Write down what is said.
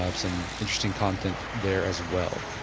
um some interesting content there as well